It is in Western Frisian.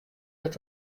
dat